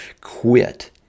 quit